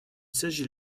s’agit